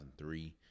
2003